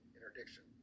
Interdiction